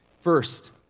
First